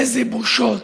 איזה בושות.